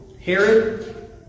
Herod